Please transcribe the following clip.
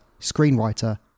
screenwriter